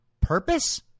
purpose